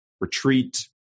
retreat